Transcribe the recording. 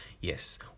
yes